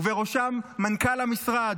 ובראשם מנכ"ל המשרד,